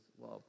love